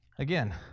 Again